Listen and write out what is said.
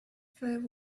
fair